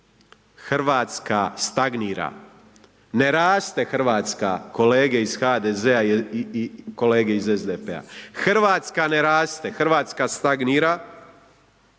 Hrvatska stagnira, ne raste Hrvatska kolege iz HDZ-a i kolege iz SDP-a, Hrvatska ne raste, Hrvatska stagnira,